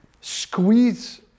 squeeze